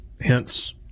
Hence